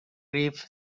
reef